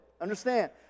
Understand